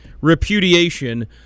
repudiation